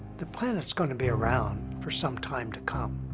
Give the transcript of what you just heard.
the planet's going to be around for some time to come.